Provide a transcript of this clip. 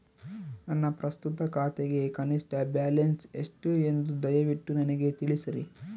ನನ್ನ ಪ್ರಸ್ತುತ ಖಾತೆಗೆ ಕನಿಷ್ಠ ಬ್ಯಾಲೆನ್ಸ್ ಎಷ್ಟು ಎಂದು ದಯವಿಟ್ಟು ನನಗೆ ತಿಳಿಸ್ರಿ